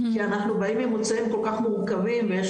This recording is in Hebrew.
כי אנחנו באים ממוצאים כל כך מורכבים ויש